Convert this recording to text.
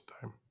time